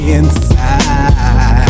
inside